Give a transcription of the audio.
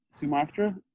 Sumatra